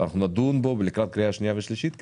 אנחנו נדון בו לקראת קריאה שנייה ושלישית,